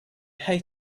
hate